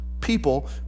people